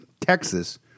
Texas